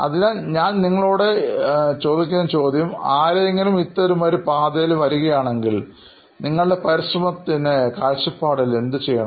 അതിനാൽ നിങ്ങളോട് ഞാൻ ചോദിക്കുന്ന ചോദ്യം ആരെങ്കിലും ഇത്തരമൊരു പാതയിൽ വരുകയാണെങ്കിൽ നിങ്ങളുടെ പരിശ്രമത്തിന് കാഴ്ചപ്പാടിൽ എന്തു ചെയ്യണം